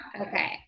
Okay